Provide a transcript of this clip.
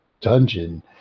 dungeon